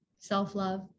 self-love